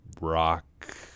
rock –